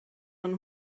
man